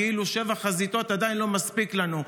כאילו שבע חזיתות עדיין לא מספיקות לנו.